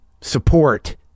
support